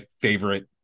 favorite